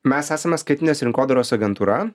mes esame skaitminės rinkodaros agentūra